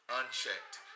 unchecked